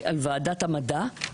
ועדת המדע,